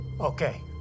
Okay